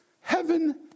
Heaven